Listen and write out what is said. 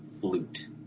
flute